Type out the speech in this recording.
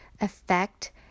affect